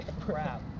crap